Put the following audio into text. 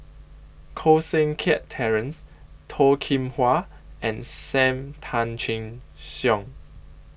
Koh Seng Kiat Terence Toh Kim Hwa and SAM Tan Chin Siong